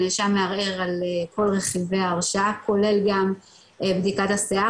הנאשם מערער על כל רכיבי ההרשעה כולל גם בדיקת השיער